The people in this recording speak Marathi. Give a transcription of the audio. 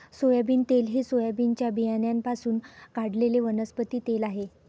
सोयाबीन तेल हे सोयाबीनच्या बियाण्यांपासून काढलेले वनस्पती तेल आहे